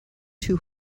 two